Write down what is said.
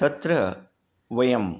तत्र वयम्